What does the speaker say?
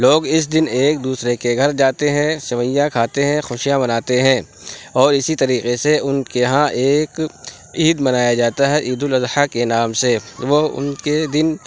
لوگ اِس دِن ایک دوسرے کے گھر جاتے ہیں سیوئیاں کھاتے ہیں خوشیاں مناتے ہیں اور اسِی طریقے سے اُن کے یہاں ایک عید منایا جاتا ہے عید الاضحیٰ کے نام سے وہ اُن کے دِن